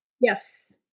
Yes